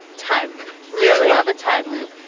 time loops really? love a time loop.